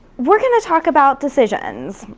we're gonna talk about decisions,